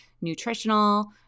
nutritional